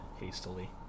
hastily